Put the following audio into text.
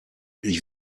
ich